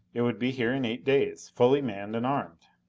it would be here in eight days. fully manned and armed.